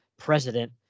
president